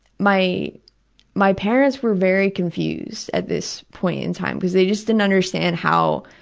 my my parents were very confused at this point in time because they just didn't understand how,